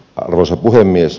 arvoisa puhemies